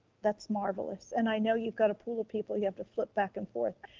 that's marvelous. and i know you've got a pool of people you have to flip back and forth.